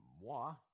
moi